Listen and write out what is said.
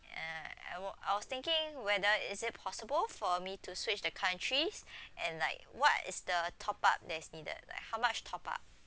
and I I wa~ I was thinking whether is it possible for me to switch the countries and like what is the top up that is needed like how much top up